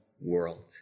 world